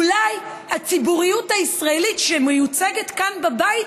אולי הציבוריות הישראלית שמיוצגת כאן בבית